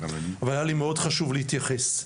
אבל היה לי מאוד חשוב להתייחס.